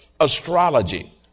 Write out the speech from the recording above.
astrology